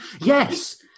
Yes